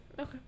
okay